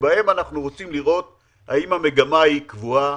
שבהם אנחנו רוצים לראות האם המגמה היא קבועה,